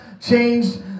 changed